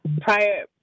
prior